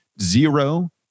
zero